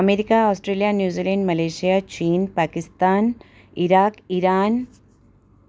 America Australia New Zealand Malaysia China Pakistan Iraq Iran